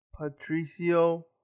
patricio